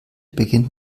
beginnt